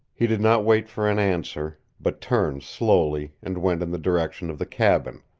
he did not wait for an answer, but turned slowly and went in the direction of the cabin,